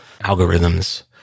algorithms